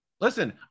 listen